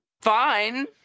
fine